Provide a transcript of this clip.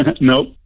Nope